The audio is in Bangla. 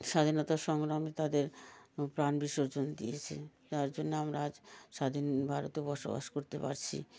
স্বাধীনতা সংগ্রামী তাদের প্রাণ বিসর্জন দিয়েছে যার জন্য আমরা আজ স্বাধীন ভারতে বসবাস করতে পারছি